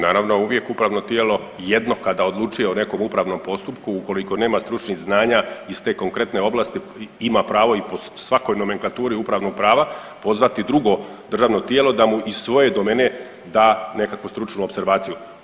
Naravno uvijek upravno tijelo jedno kada odlučuje o nekom upravnom postupku ukoliko nema stručnih znanja iz te konkretne ovlasti ima pravo i po svakoj nomenklaturi upravnog prava pozvati drugo državno tijelo da mu iz svoje domene da nekakvu stručnu opservaciju.